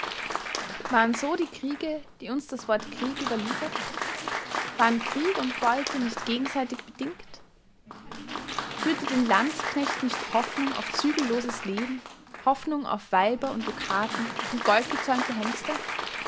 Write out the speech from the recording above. waren so die kriege die uns das wort krieg überliefert waren krieg und beute nicht gegenseitig bedingt führte den landsknecht nicht hoffnung auf zügelloses leben hoffnung auf weiber und dukaten und goldgezäumte hengste